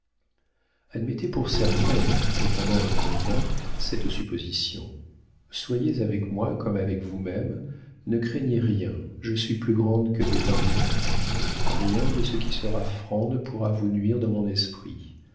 admettez pour certaine et pendant un moment cette supposition soyez avec moi comme avec vous-même ne craignez rien je suis plus grande que mes vingt ans rien de ce qui sera franc ne pourra vous nuire dans mon esprit